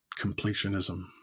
completionism